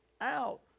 out